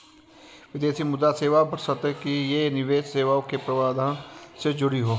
विदेशी मुद्रा सेवा बशर्ते कि ये निवेश सेवाओं के प्रावधान से जुड़ी हों